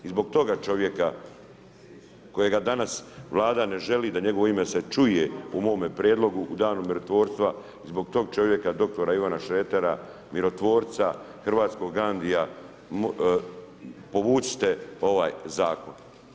I zbog toga čovjeka kojega danas Vlada ne želi da njegovo ime se čuje u mome prijedlogu u danu mirotvorstva zbog to čovjeka, doktora Ivana Šretera, mirotvorca, hrvatskog Ghandija povucite ovaj Zakon.